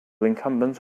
incumbents